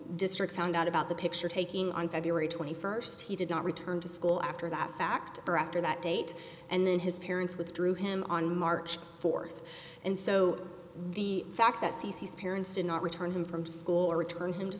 district found out about the picture taking on february twenty first he did not return to school after that fact or after that date and then his parents withdrew him on march fourth and so the fact that ccs parents did not return him from school or return him to